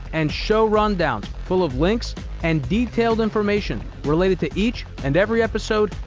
and show rundowns, full of links and detailed information related to each and every episode,